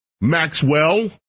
Maxwell